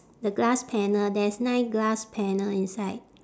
the glass panel there's nine glass panel inside